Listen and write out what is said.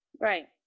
Right